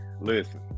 listen